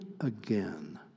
again